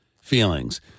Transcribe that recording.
feelings